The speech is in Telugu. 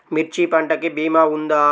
మిర్చి పంటకి భీమా ఉందా?